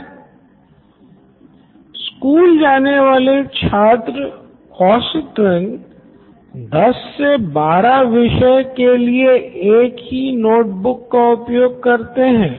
Siddharth Maturi CEO Knoin electronics school जाने वाले छात्र औसतन १० १२ विषय के लिए एक ही नोट बुक का उपयोग करते हैं